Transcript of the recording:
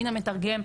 מין המתרגם,